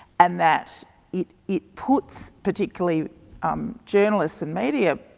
and that it it puts, particularly um journalists and media